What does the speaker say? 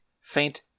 Faint